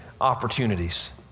opportunities